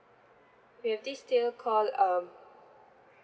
we have this tier called um